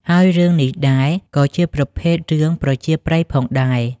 ហើយរឿងនេះដែរ ក៏ជាប្រភេទរឿងប្រជាប្រិយផងដែរ។